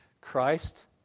Christ